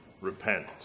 repent